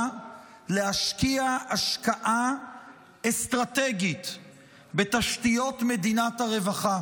להשקיע השקעה אסטרטגית בתשתיות מדינת הרווחה,